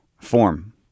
form